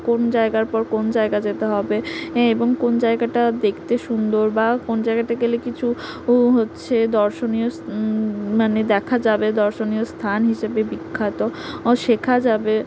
কোন জায়গার পর কোন জায়গা যেতে হবে এ এবং কোন জায়গাটা দেখতে সুন্দর বা কোন জায়গাতে গেলে কিছু হচ্ছে দর্শনীয় মানে দেখা যাবে দর্শনীয় স্থান হিসেবে বিখ্যাত শেখা যাবে